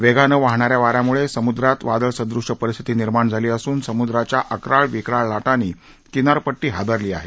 वेगानं वाहणाऱ्या वाऱ्यामुळे समुद्रात वादळसदृश परिस्थिती निर्माण झाली असून समुद्राच्या अक्राळ विक्राळ लाटांनी किनारपट्टी हादरली आहे